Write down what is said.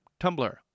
Tumblr